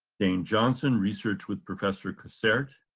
dane johnson, research with professor cossairt,